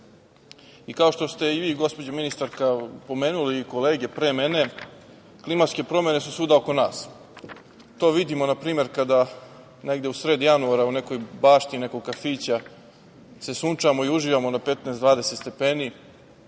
što ste i vi, gospođo ministarka, pomenuli i kolege pre mene, klimatske promene su svuda oko nas. To vidimo, na primer, kada negde u sred januara u nekoj bašti nekog kafića se sunčamo i uživamo na 15, 20 stepeni,